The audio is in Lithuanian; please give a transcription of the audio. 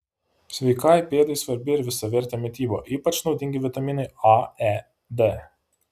sveikai pėdai svarbi ir visavertė mityba ypač naudingi vitaminai a e d